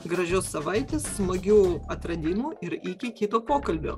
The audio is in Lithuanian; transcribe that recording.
gražios savaitės smagių atradimų ir iki kito pokalbio